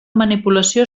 manipulació